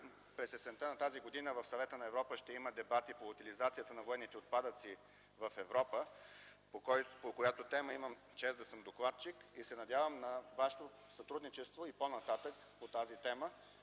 през есента на тази година в Съвета на Европа ще има дебати по утилизацията на военните отпадъци в Европа, по която тема имам чест да съм докладчик. Надявам се на Вашето сътрудничество по тази тема